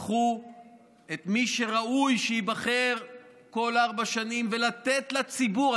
לקחו את מי שראוי שייבחר כל ארבע שנים ולתת לציבור,